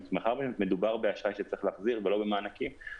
מאחר ומדובר באשראי שצריך להחזיר ולא במענקים,